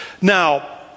Now